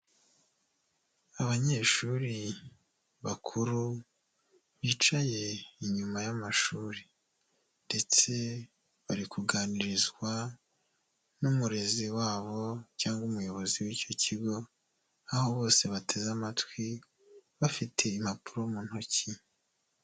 Abanyeshuri bakuru bicaye inyuma y'amashuri, ndetse bari kuganirizwa n'umurezi wabo cyangwa umuyobozi w'icyo kigo, aho bose bateze amatwi, bafite impapuro mu ntoki.